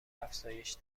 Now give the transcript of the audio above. افزایش